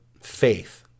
faith